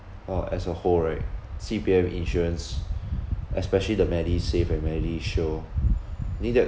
uh as a whole right C_P_F insurance especially the medisave and medishield need that